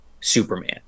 Superman